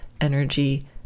energy